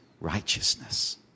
Righteousness